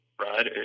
right